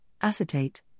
acetate